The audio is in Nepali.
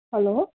हेलो